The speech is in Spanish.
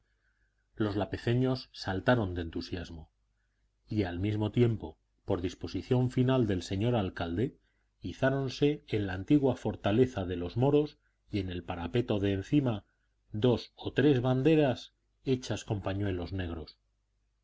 los lapezeños saltaron de entusiasmo y al mismo tiempo por disposición final del señor alcalde izáronse en la antigua fortaleza de los moros y en el parapeto de encima dos o tres banderas hechas con pañuelos negros